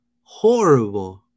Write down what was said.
horrible